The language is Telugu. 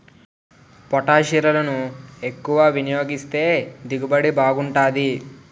పొటాషిరులను ఎక్కువ వినియోగిస్తే దిగుబడి బాగుంటాది